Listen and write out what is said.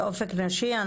באופק נשי.